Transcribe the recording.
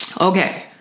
Okay